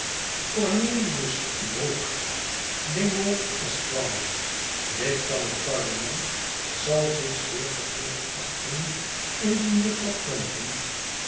cornelius brook dingwall esq lid van het parlement zal zich zeer verplicht achten indien juffrouw